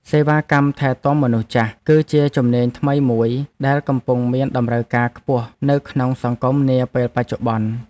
សេវាកម្មថែទាំមនុស្សចាស់ គឺជាជំនាញថ្មីមួយដែលកំពុងមានតម្រូវការខ្ពស់នៅក្នុងសង្គមនាពេលបច្ចុប្បន្ន។